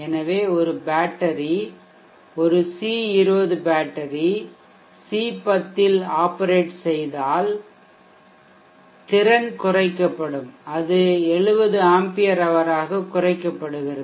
எனவே ஒரு பேட்டரி ஒரு சி 20 பேட்டரி சி 10 இல் ஆபரேட் செய்தால் திறன் குறைக்கப்படும் அது 70 ஆம்பியர் ஹவர் ஆக குறைக்கப்படுகிறது